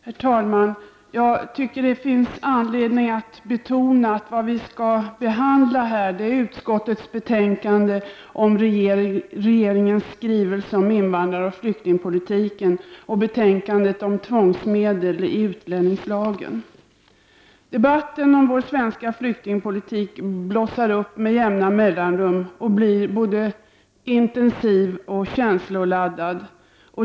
Herr talman! Jag tycker att det finns anledning att betona att vi nu skall behandla utskottets betänkande om regeringens skrivelse om invandraroch flyktingpolitiken samt betänkandet om tvångsmedel i utlänningslagen. Debatten om vår svenska flyktingpolitik blossar upp med jämna mellanrum och blir både intensiv och känsloladdad.